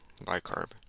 bicarb